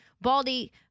Baldy